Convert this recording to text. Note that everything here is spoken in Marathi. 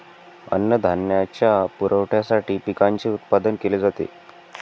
अन्नधान्याच्या पुरवठ्यासाठी पिकांचे उत्पादन केले जाते